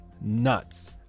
nuts